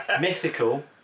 Mythical